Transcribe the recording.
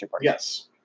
Yes